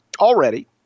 already